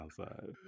outside